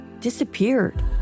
disappeared